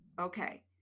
Okay